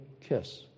kiss